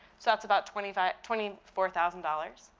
so that's about twenty twenty four thousand dollars.